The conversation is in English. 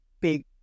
big